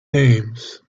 names